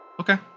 Okay